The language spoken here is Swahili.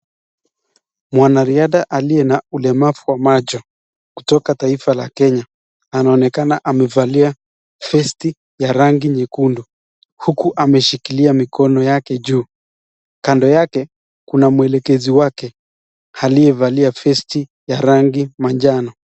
Mwanariadha aliye na ulemavu wa macho kutoka taifa la Kenya anaonekana amevalia vesti ya rangi nyekundu huku ameshikilia mikono yake juu. Kando yake kuna mwelekezi wake aliyevalia vesti ya rangi manjano.